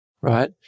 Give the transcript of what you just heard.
Right